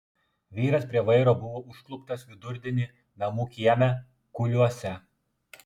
vyras prie vairo buvo užkluptas vidurdienį namų kieme kuliuose